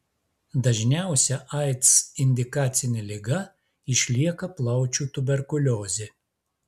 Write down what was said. dažniausia aids indikacinė liga išlieka plaučių tuberkuliozė